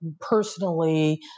personally